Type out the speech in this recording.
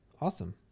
Awesome